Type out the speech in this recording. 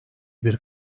bir